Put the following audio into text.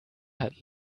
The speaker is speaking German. hat